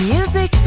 Music